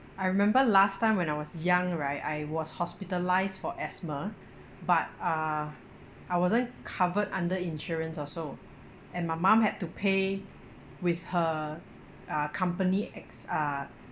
I remember last time when I was young right I was hospitalised for asthma but uh I wasn't covered under insurance or so and my mum had to pay with her uh company ex~ uh